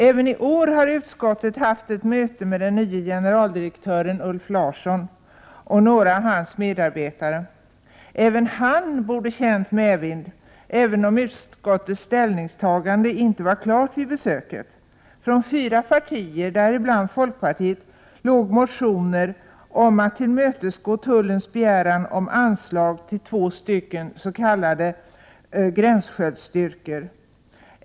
Utskottet har även i år haft ett möte med den nye generaldirektören Ulf Larsson och några av hans medarbetare. Också han borde ha känt medvind, även om inte utskottets ställningstagande var klart vid besöket. Fyra partier, däribland folkpartiet, hade avgivit motioner om att tillmötesgå tullens begäran om anslag till två s.k. gränsskyddsstyrkor.